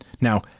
Now